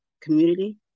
community